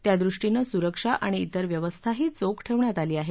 त्यादृष्टीनं सुरक्षा आणि तिर व्यवस्थाही चोख ठेवण्यात आली आहे